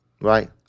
Right